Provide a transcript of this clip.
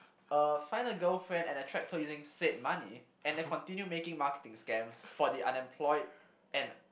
uh find a girlfriend and attract her using said money and then continue making marketing scams for the unemployed and